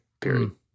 period